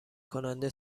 کننده